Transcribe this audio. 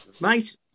mate